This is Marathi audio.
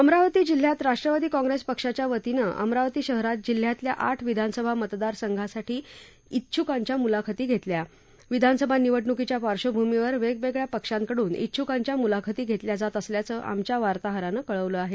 अमरावती जिल्ह्यात राष्ट्रवादी कॉंग्रेस पक्षाच्या वतीनं अमरावती शहरात जिल्ह्यातल्या आठ विधानसभा मतदार संघासाठी उछूकांच्या मुलाखती घेतल्या विधानसभा निवडणुकीच्या पार्श्वभूमीवर वेगवेगळ्या पक्षांकडून उछूकांच्या मुलाखती घेतल्या जात असल्याचं आमच्या वार्ताहरानं कळवलं आहे